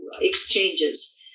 exchanges